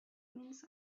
means